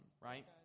right